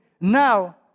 Now